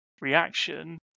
reaction